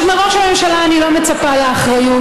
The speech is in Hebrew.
מראש הממשלה אני לא מצפה לאחריות.